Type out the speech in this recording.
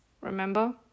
remember